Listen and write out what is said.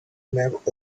map